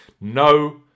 No